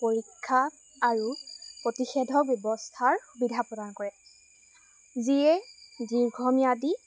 পৰীক্ষা আৰু প্ৰতিষেধৰ ব্যৱস্থাৰ সুবিধা প্ৰদান কৰে যিয়ে দীৰ্ঘম্যাদি